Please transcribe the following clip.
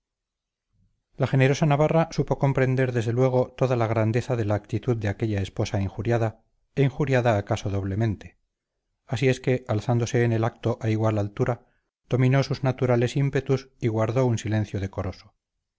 la generosa navarra supo comprender desde luego toda la grandeza de la actitud de aquella esposa injuriada e injuriada acaso doblemente así es que alzándose en el acto a igual altura dominó sus naturales ímpetus y guardó un silencio decoroso